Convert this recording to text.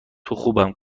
خوبم